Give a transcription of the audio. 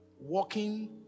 walking